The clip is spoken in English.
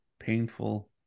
Painful